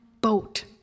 boat